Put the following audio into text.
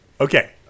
Okay